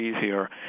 easier